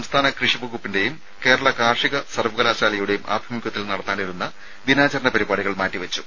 സംസ്ഥാന കൃഷി വകുപ്പിന്റെയും കേരള കാർഷിക സർവ്വകലാശാലയുടെയും ആഭിമുഖ്യത്തിൽ നടത്താനിരുന്ന ദിനാചരണ പരിപാടികൾ മാറ്റിവെച്ചു